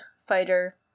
fighter